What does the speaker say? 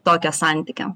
tokio santykio